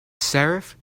serif